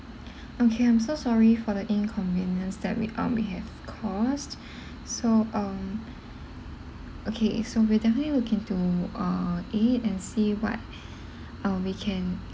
okay I'm so sorry for the inconvenience that we um we have cause so um okay so we'll definitely look into uh it and see what uh we can